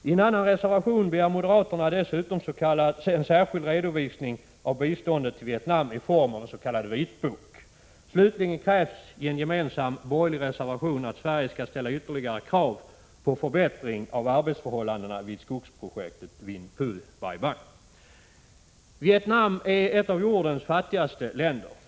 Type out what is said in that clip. I en annan reservation begär moderaterna dessutom en särskild redovisning av biståndet till Vietnam i form av en s.k. vitbok. Slutligen krävs i en gemensam borgerlig reservation att Sverige skall ställa ytterligare krav på förbättring av arbetsförhållandena vid skogsprojektet Vinh Phu/Bai Bang. Vietnam är ett av jordens fattigaste länder.